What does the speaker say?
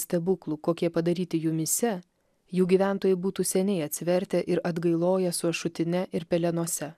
stebuklų kokie padaryti jumyse jų gyventojai būtų seniai atsivertę ir atgailoję su ašutine ir pelenuose